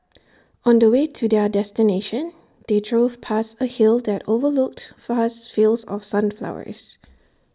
on the way to their destination they drove past A hill that overlooked vast fields of sunflowers